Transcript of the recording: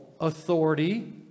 authority